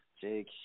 Jake